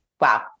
wow